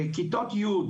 כיתות י'